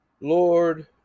Lord